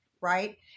right